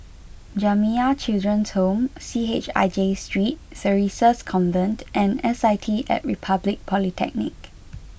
Jamiyah Children's Home C H I J Steet Theresa's Convent and S I T at Republic Polytechnic